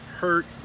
hurt